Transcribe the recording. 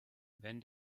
wenn